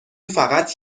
فقط